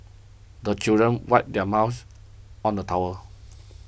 the children wipe their mouth on the towel